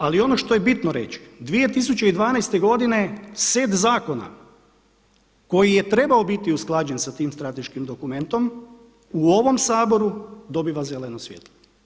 Ali ono što je bitno reći, 2012. godine set zakona koji je trebao biti usklađen s tim strateškim dokumentom u ovom Saboru dobiva zeleno svjetlo.